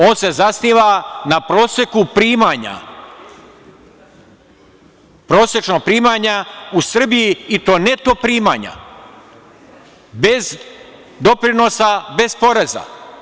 On se zasniva na proseku primanja u Srbiji i to neto primanja, bez doprinosa, bez poreza.